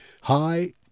Hi